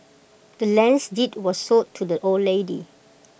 the land's deed was sold to the old lady